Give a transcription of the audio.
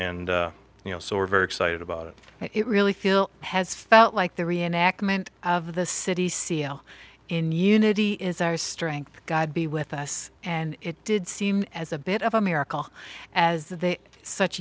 you know so we're very excited about it it really feel has felt like the reenactment of the city seal in unity is our strength god be with us and it did seem as a bit of a miracle as